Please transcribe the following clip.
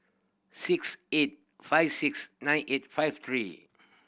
six eight five six nine eight five three